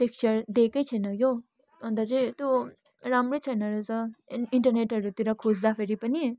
texture दिएकै छैन क्या हौ अन्त चाहिँ त्यो राम्रै छैन रहेछ ए इन्टरनेटहरूतिर खोज्दाखेरि पनि